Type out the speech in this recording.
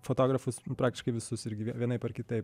fotografus praktiškai visus irgi vienaip ar kitaip